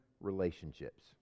relationships